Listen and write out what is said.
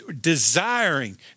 desiring